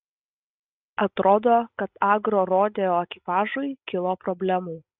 atrodo kad agrorodeo ekipažui kilo problemų